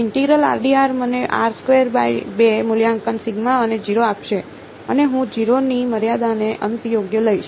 integral મને મૂલ્યાંકન અને 0 આપશે અને હું 0 ની મર્યાદાને અંતે યોગ્ય લઈશ